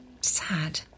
Sad